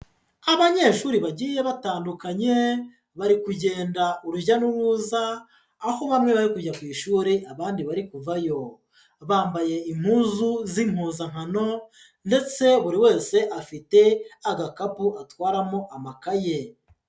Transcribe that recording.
Abanyeshuri bagiye batandukanye bari kugenda urujya n'uruza aho bamwe bari kujya ku ishuri abandi bari kuvayo, bambaye impuzu z'impuzankano ndetse buri wese afite agakapu atwaramo amakaye.